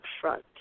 front